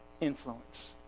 influence